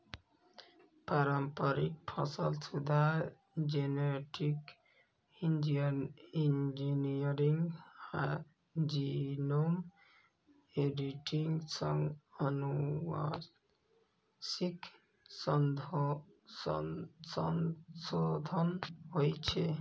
पारंपरिक फसल सुधार, जेनेटिक इंजीनियरिंग आ जीनोम एडिटिंग सं आनुवंशिक संशोधन होइ छै